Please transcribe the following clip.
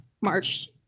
March